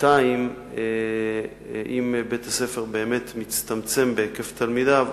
אם בית-הספר באמת מצטמצם בהיקף תלמידיו,